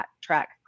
track